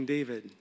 David